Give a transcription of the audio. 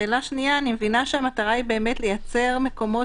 שאלה שנייה: אני מבינה שהמטרה היא באמת לייצר מקומות